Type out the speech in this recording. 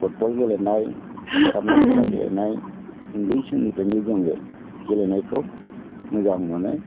football गेलेनाय खारनाय खेला गेलेनाय उन्दै समनिफ्रायनो जोङो गेलेनायखौ मोजां मोनो